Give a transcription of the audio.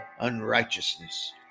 unrighteousness